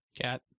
cat